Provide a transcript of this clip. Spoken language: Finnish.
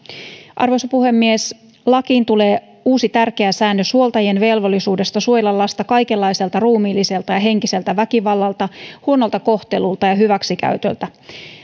arvoisa puhemies lakiin tulee uusi tärkeä säännös huoltajien velvollisuudesta suojella lasta kaikenlaiselta ruumiilliselta ja henkiseltä väkivallalta huonolta kohtelulta ja hyväksikäytöltä